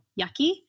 yucky